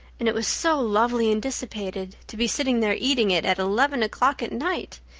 and it was so lovely and dissipated to be sitting there eating it at eleven o'clock at night.